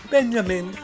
Benjamin